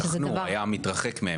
שכנו, היום התרחק מהם.